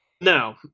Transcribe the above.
No